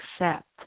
accept